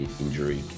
injury